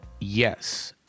yes